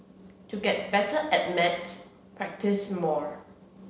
to get better at maths practise more